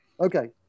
Okay